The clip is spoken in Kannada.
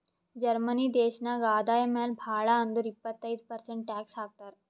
ಜರ್ಮನಿ ದೇಶನಾಗ್ ಆದಾಯ ಮ್ಯಾಲ ಭಾಳ್ ಅಂದುರ್ ಇಪ್ಪತ್ತೈದ್ ಪರ್ಸೆಂಟ್ ಟ್ಯಾಕ್ಸ್ ಹಾಕ್ತರ್